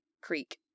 Creek